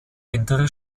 hintere